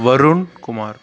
Varun Kumar